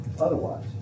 otherwise